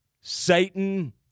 Satan